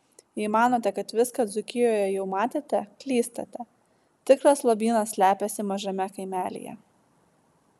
jei manote kad viską dzūkijoje jau matėte klystate tikras lobynas slepiasi mažame kaimelyje